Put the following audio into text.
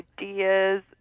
ideas